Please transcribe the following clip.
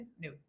No